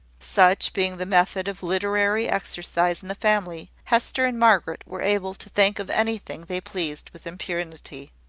such being the method of literary exercise in the family, hester and margaret were able to think of anything they pleased with impunity.